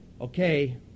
okay